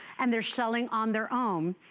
and they are selling on their own.